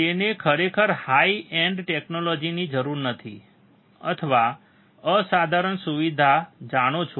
તેને ખરેખર high end ટેકનોલોજીની જરૂર નથી અથવા તમે અસાધારણ સુવિધા જાણો છો